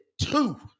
two